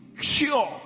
sure